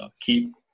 keep